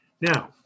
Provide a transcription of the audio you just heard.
Now